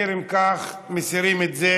אם כך מסירים את זה